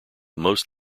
most